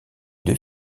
deux